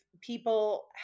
people